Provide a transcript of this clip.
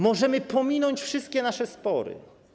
Możemy pominąć wszystkie nasze spory.